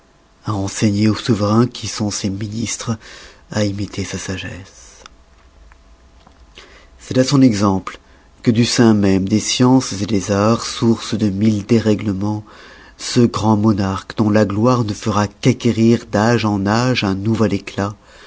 a enseigné aux souverains qui sont ses ministres à imiter sa sagesse c'est à son exemple que du sein même de sciences des arts sources de mille dérèglements ce grand monarque dont la gloire ne fera qu'acquérir d'âge en âge un nouvel éclat